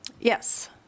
Yes